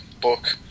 book